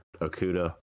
Okuda